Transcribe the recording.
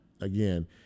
Again